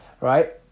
right